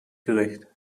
gerecht